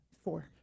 Four